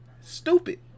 stupid